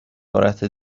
عبارت